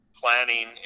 planning